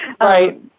Right